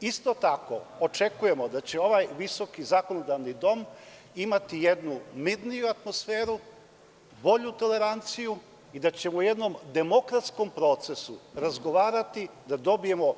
Isto tako očekujemo da će ovaj visoki zakonodavni dom imati jednu mirniju atmosferu, bolju toleranciju i da ćemo u jednom demokratskom procesu razgovarati o tome da dobijemo